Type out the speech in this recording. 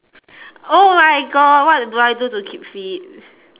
oh my god what to do I do to keep fit